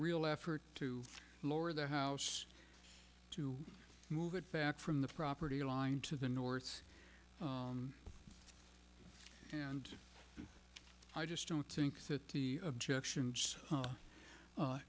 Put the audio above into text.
real effort to lower the house to move back from the property line to the north and i just don't think that the objections